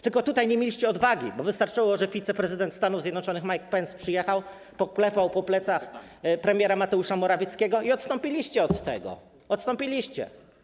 Tylko tutaj nie mieliście odwagi, bo wystarczyło, że wiceprezydent Stanów Zjednoczonych Mike Pence przyjechał, poklepał po plecach premiera Mateusza Morawieckiego, i odstąpiliście od tego, odstąpiliście.